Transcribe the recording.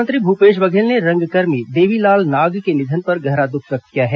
मुख्यमंत्री भूपेश बघेल ने रंगकर्मी देवीलाल नाग के निधन पर गहरा दुःख व्यक्त किया है